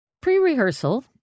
Pre-rehearsal